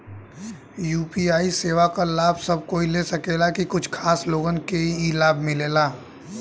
UPI सेवा क लाभ सब कोई ले सकेला की कुछ खास लोगन के ई लाभ मिलेला?